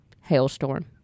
Hailstorm